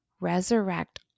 resurrect